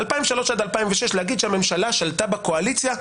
2003 עד 2006 להגיד שהממשלה שלטה בקואליציה,